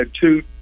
two